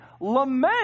lament